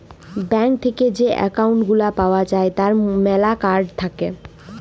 bank থেক্যে যে account গুলা পাওয়া যায় তার ম্যালা কার্ড থাক্যে